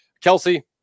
Kelsey